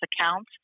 accounts